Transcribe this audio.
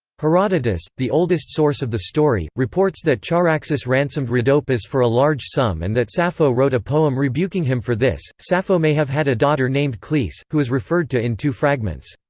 herodotus, the oldest source of the story, reports that charaxus ransomed rhodopis for a large sum and that sappho wrote a poem rebuking him for this sappho may have had a daughter named cleis, who is referred to in two fragments.